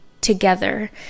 together